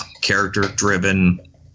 character-driven